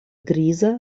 griza